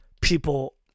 people